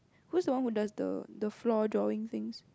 who's the one who does the the floor drawing things